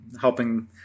helping